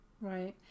Right